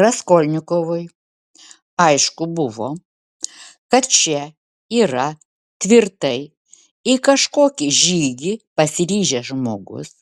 raskolnikovui aišku buvo kad čia yra tvirtai į kažkokį žygį pasiryžęs žmogus